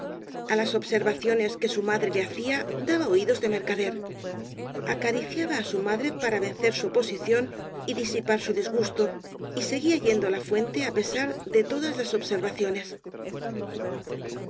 indómita a las observaciones que su madre le hacía daba oídos de mercader acariciaba á su madre para vencer su oposición y disipar su disgusto y seguía yendo á la fuente á pesar de to das las observaciones